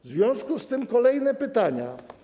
W związku z tym kolejne pytania.